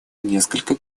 несколько